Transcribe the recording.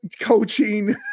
coaching